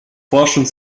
forschung